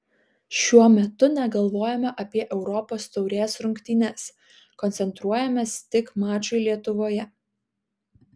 šiuo metu negalvojame apie europos taurės rungtynes koncentruojamės tik mačui lietuvoje